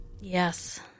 Yes